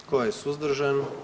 Tko je suzdržan?